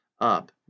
up